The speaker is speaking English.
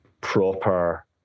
proper